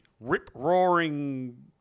rip-roaring